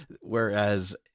whereas